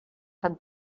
fan